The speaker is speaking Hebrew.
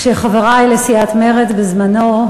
כשחברַי לסיעת מרצ בזמנו,